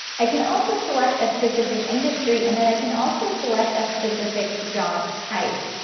i can also select a specific industry and then i can also select a specific job type.